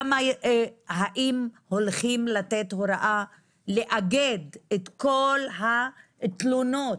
האם הולכים לתת הוראה לאגד את כל התלונות